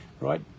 right